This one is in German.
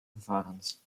verfahrens